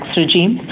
regime